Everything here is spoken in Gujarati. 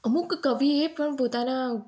અમુક કવિએ પણ પોતાના